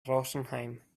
rosenheim